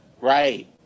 Right